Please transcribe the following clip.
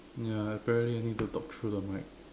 ya apparently I need to talk through the mic